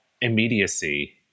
immediacy